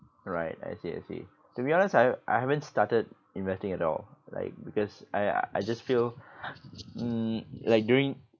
right I see I see to be honest I I haven't started investing at all like because I I just feel mm like during